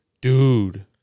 Dude